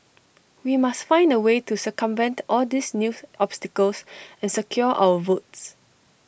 we must find A way to circumvent all these news obstacles and secure our votes